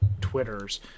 twitters